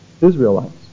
Israelites